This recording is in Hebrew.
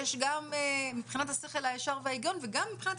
יש גם מבחינת השכל הישר וההיגיון וגם מבחינת